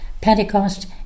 Pentecost